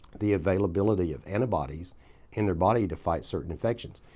the availability of antibodies in the body to fight certain infections.